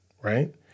right